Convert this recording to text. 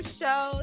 show